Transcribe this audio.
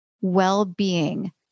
well-being